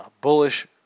bullish